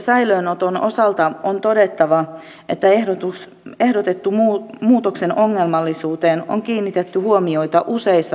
säilöönoton osalta on todettava että ehdotetun muutoksen ongelmallisuuteen on kiinnitetty huomioita useissa lausunnoissa